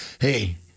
hey